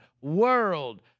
world